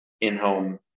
in-home